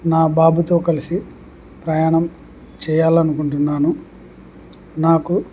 నా బాబుతో కలిసి ప్రయాణం చేయాలనుకుంటున్నాను నాకు